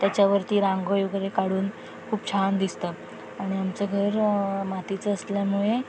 त्याच्यावरती रांगोळी वगैरे काढून खूप छान दिसतं आणि आमचं घर मातीचं असल्यामुळे